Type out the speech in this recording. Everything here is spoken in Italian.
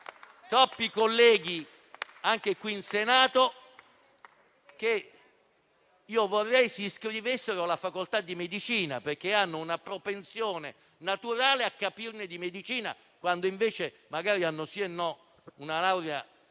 troppi i colleghi, anche qui in Senato, che vorrei si iscrivessero alla facoltà di medicina, perché hanno una propensione naturale a capire di medicina, quando, invece, hanno magari sì e no una laurea